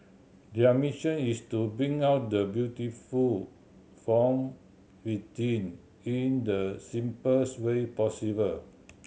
their mission is to bring out the beautiful from within in the simplest way possible